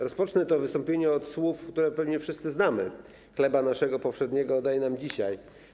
Rozpocznę to wystąpienie od słów, które pewnie wszyscy znamy: Chleba naszego powszedniego daj nam dzisiaj.